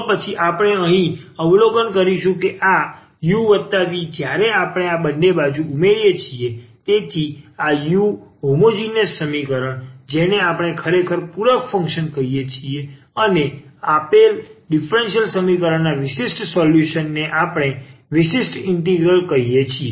તો પછી આપણે અહીં શું અવલોકન કરીશું કે આ u v જ્યારે આપણે આ બંને ઉમેરીએ છીએ તેથી આ u હોમોજીનીયસ સમીકરણ જેને આપણે ખરેખર પૂરક ફંક્શન કહીએ છીએ અને આપેલ ડીફરન્સીયલ સમીકરણ ના વિશિષ્ટ સોલ્યુશનને આપણે વિશિષ્ટ ઇન્ટિગ્રલ કહીએ છીએ